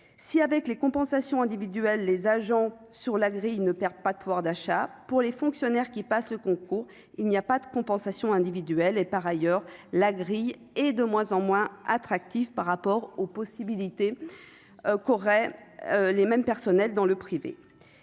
si avec les compensations individuelles, les agents sur la grille ne perde pas de pouvoir d'achat pour les fonctionnaires qui passent le concours, il n'y a pas de compensation individuelle et par ailleurs la grille et de moins en moins attractif par rapport aux possibilités qu'auraient les mêmes personnels dans le privé